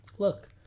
Look